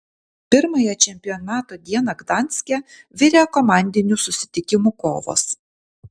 pirmąją čempionato dieną gdanske virė komandinių susitikimų kovos